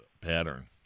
pattern